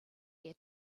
there